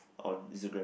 on Instagram